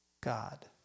God